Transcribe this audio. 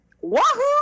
Wahoo